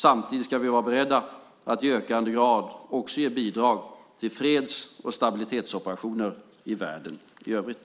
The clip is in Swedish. Samtidigt ska vi vara beredda att i ökande grad också ge bidrag till freds och stabilitetsoperationer i världen i övrigt.